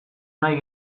nahi